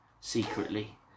secretly